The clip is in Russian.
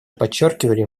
подчеркивали